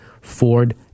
Ford